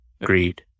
Agreed